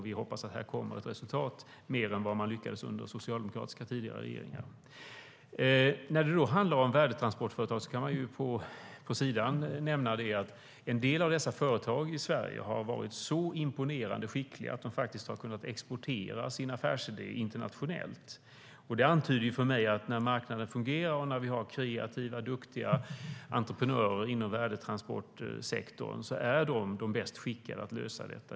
Vi hoppas att den kommer med mer resultat än vad tidigare socialdemokratiska regeringar lyckades med. När det handlar om värdetransportföretag kan man vid sidan nämna att en del av dessa företag i Sverige har varit så imponerande skickliga att de faktiskt har kunnat exportera sin affärsidé internationellt. Det antyder för mig att när marknaden fungerar med kreativa, duktiga entreprenörer inom värdetransportsektorn är det de som är de bäst skickade att lösa detta.